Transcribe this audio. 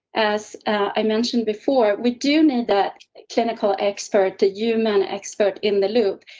as i mentioned, before we do need that clinical expert, the human expert in the loop,